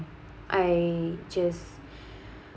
I just